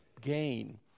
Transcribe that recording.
Gain